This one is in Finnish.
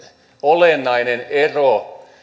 olennainen ero